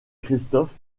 christophe